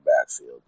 backfield